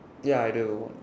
ya I do what